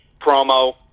promo